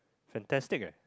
fantastic leh